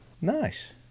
nice